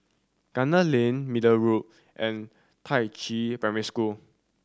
Gunner Lane Middle Road and Da Qiao Primary School